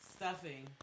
Stuffing